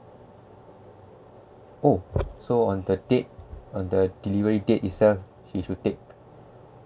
oh so on the date on the delivery date itself she should take